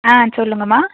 ஆ சொல்லுங்கம்மா